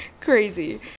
crazy